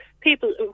people